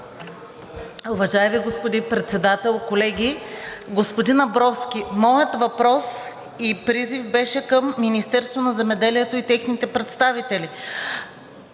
Уважаеми господин Председател, колеги! Господин Абровски, моят въпрос и призив беше към Министерството на земеделието и техните представители.